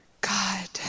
God